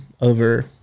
over